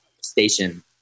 station